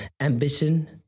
ambition